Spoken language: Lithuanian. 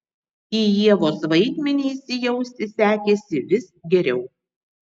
į ievos vaidmenį įsijausti sekėsi vis geriau